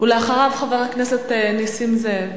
ואחריו, חבר הכנסת נסים זאב.